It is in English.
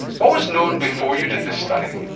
what was known before you did this study?